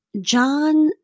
John